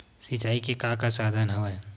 सिंचाई के का का साधन हवय?